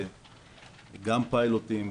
גם פיילוטים,